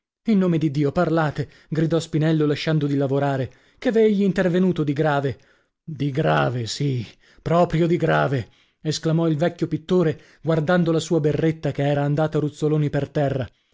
in nome di dio parlate gridò spinello lasciando di lavorare che v'è egli intervenuto di grave di grave sì proprio di grave esclamò il vecchio pittore guardando la sua berretta che era andata ruzzoloni per terra